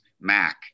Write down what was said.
Mac